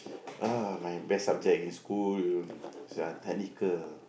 ah my best subject in school is uh technical